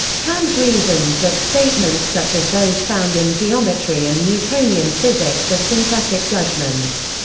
kant reasons that statements such as those found in geometry and newtonian physics are synthetic judgments.